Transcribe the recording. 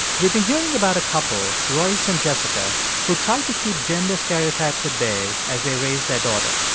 we've been hearing about a couple, royce and jessica, who tried to keep gender stereotypes at bay as they raised their daughter.